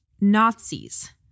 Nazis